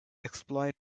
exploit